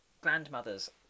Grandmothers